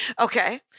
okay